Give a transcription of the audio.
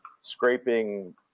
scraping